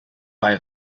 bei